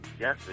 Yes